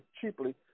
cheaply